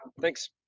Thanks